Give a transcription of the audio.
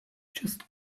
just